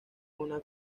una